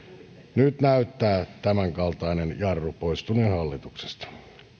nyt näyttää tämänkaltainen jarru poistuneen hallituksesta